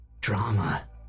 Drama